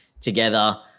together